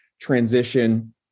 transition